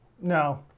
no